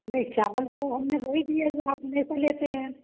नहीं चावल तो हमने वही दिया है जो आप हमेशा लेते हैं